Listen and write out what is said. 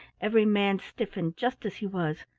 every man stiffened just as he was,